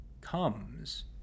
comes